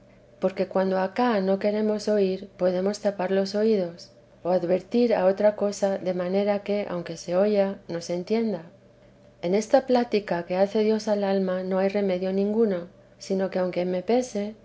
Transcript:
porque cuando acá no queremos oír podemos tapar los oídos o advertir a otra cosa de manera que aunque se oya no se entienda en esta plática que hace dios al alma no hay remedio ninguno sino que aunque me pese